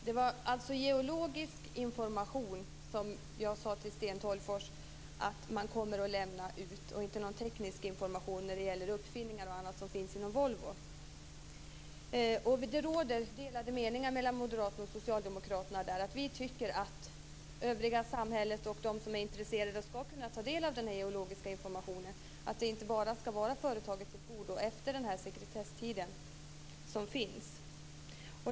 Fru talman! Det jag sade till Sten Tolgfors var att det är geologisk information som kommer att lämnas ut, inte teknisk information när det gäller uppfinningar och annat, som t.ex. finns inom Volvo. Där råder det delade meningar mellan Moderaterna och Socialdemokraterna. Vi tycker att det övriga samhället och de som är intresserade skall kunna ta del av den geologiska informationen. Det skall inte bara komma företaget till godo efter den sekretesstid som finns.